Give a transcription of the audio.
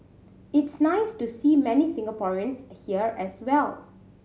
it's nice to see many Singaporeans here as well